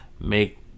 make